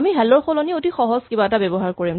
আমি "হেল্ল" ৰ সলনি আমি সহজ কিবা এটা ব্যৱহাৰ কৰিম